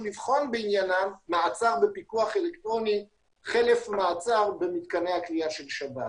לבחון בעניינם מעצר בפיקוח אלקטרוני חלף מעצר במתקני הכליאה של שב"ס.